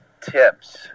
Tips